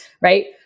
right